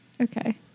Okay